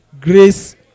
grace